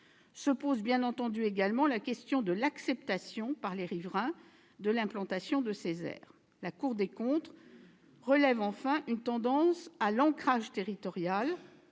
Se pose bien entendu également la question de l'acceptation par les riverains de l'implantation de ces aires. La Cour des comptes relève enfin une tendance à l'« ancrage territorial